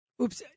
Oops